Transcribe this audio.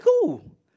cool